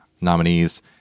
nominees